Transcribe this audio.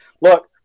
Look